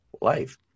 life